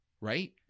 right